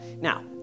now